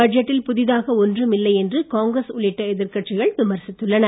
பட்ஜெட்டில் புதிதாக ஒன்றும் இல்லை என்று காங்கிரஸ் உள்ளிட்ட எதிர் கட்சிகள் விமர்சித்துள்ளன